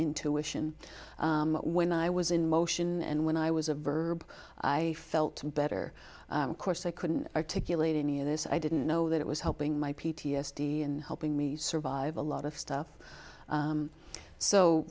intuition when i was in motion and when i was a verb i felt better of course i couldn't articulate any of this i didn't know that it was helping my p t s d and helping me survive a lot of stuff